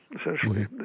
Essentially